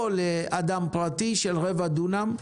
או לאדם פרטי של רבע דונם,